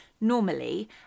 normally